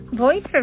Voice